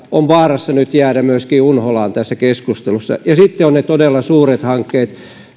ovat vaarassa jäädä unholaan myöskin tässä keskustelussa ja sitten ovat ne todella suuret hankkeet